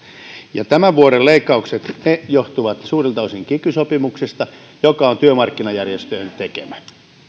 ja tämän vuoden leikkaukset johtuvat suurelta osin kiky sopimuksesta joka on työmarkkinajärjestöjen tekemä